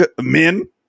Men